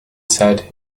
said